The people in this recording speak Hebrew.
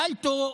שאלתי אותו